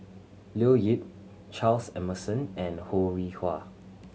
Leo Yip Charles Emmerson and Ho Rih Hwa